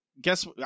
guess